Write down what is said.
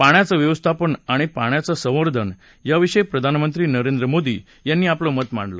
पाण्याचं व्यवस्थापन आणि पाण्याचं संवर्धन याविषयी प्रधानमंत्री नरेंद्र मोदी यांनी आपलं मत मांडलं